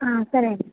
సరే అండి